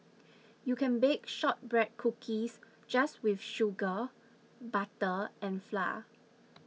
you can bake Shortbread Cookies just with sugar butter and flour